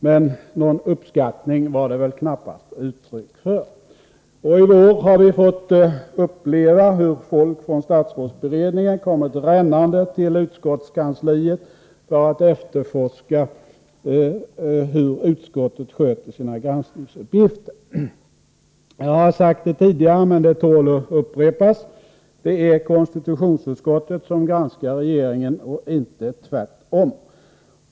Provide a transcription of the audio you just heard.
Men någon uppskattning var det väl knappast uttryck för. I vår har vi fått uppleva hur folk från statsrådsberedningen kommit rännande till utskottskansliet för att efterforska hur utskottet sköter sina granskningsuppgifter. Jag har sagt det tidigare, men det tål att upprepas: Det är konstitutionsutskottet som granskar regeringen och inte tvärtom.